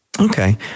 Okay